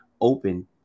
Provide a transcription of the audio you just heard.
open